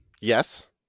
Yes